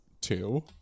Two